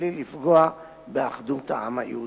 מבלי לפגוע באחדות העם היהודי.